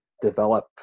develop